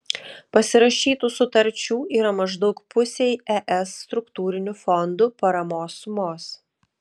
pasirašytų sutarčių yra maždaug pusei es struktūrinių fondų paramos sumos